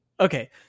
Okay